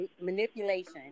Manipulation